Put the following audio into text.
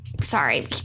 sorry